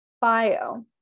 bio